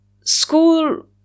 school